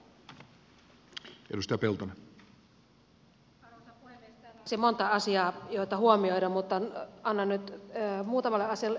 täällä olisi monta asiaa joita huomioida mutta annan nyt muutamalle asialle erityiskiitoksen